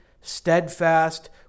steadfast